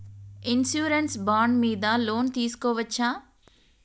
Insurance bond మీద loan తీస్కొవచ్చా?